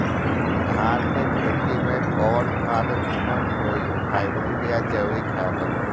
धान के खेती में कवन खाद नीमन होई हाइब्रिड या जैविक खाद?